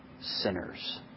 sinners